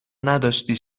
نداری